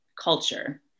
culture